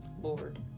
Lord